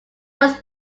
was